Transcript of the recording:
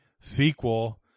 sequel